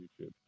YouTube